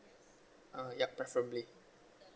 uh yup preferably